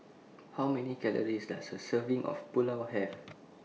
How Many Calories Does A Serving of Pulao Have